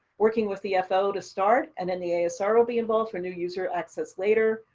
working with the fo to start and then the asr will be involved for new user access later?